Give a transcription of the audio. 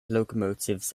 locomotives